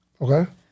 Okay